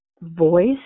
voice